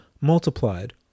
multiplied